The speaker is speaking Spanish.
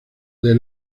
del